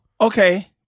Okay